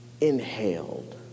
inhaled